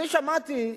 אני שמעתי,